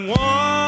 one